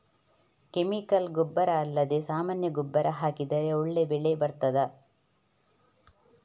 Chemical ಗೊಬ್ಬರ ಅಲ್ಲದೆ ಸಾಮಾನ್ಯ ಗೊಬ್ಬರ ಹಾಕಿದರೆ ಒಳ್ಳೆ ಬೆಳೆ ಬರ್ತದಾ?